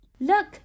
Look